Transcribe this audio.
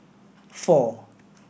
four